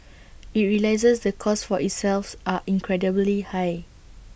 IT realises the costs for itself are incredibly high